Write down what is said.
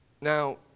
Now